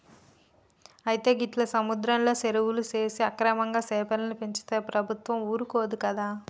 అయితే గీట్ల సముద్రంలో సెరువులు సేసి అక్రమంగా సెపలను పెంచితే ప్రభుత్వం ఊరుకోదు కదా